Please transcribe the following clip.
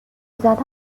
زدم